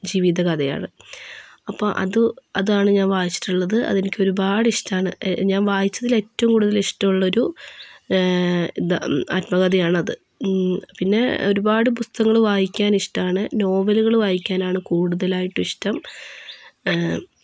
ജീവിത കഥയാണ് അപ്പോൾ അതു അതാണ് ഞാൻ വായിച്ചിട്ടുള്ളത് അത് എനിക്ക് ഒരുപാട് ഇഷ്ടമാണ് ഞാൻ വായിച്ചതിൽ ഏറ്റവും കൂടുതൽ ഇഷ്ടമുള്ളൊരു എന്താ ആത്മകഥയാണ് അത് പിന്നെ ഒരുപാട് പുസ്തകങ്ങൾ വായിക്കാൻ ഇഷ്ടമാണ് നോവലുകൾ വായിക്കാൻ ആണ് കൂടുതലായിട്ടും ഇഷ്ടം